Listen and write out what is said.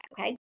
okay